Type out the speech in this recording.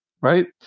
Right